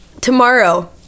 tomorrow